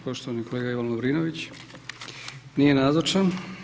Poštovani kolega Ivan Lovrinović, nije nazočan.